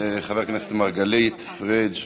חבר הכנסת מרגלית, פריג'.